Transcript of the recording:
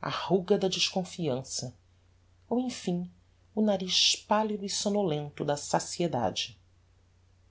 a ruga da desconfiança ou emfim o nariz pallido e somnolento da saciedade